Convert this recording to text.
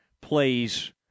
plays